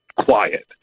quiet